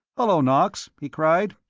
hullo, knox! he cried,